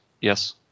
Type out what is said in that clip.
yes